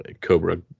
Cobra